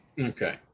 Okay